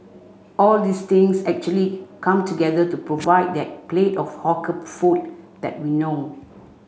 all these things actually come together to provide that plate of hawker food that we know